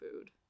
food